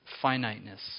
finiteness